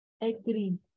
Agree